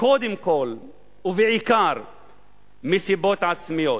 קודם כול ובעיקר מסיבות עצמיות.